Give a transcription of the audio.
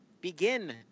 begin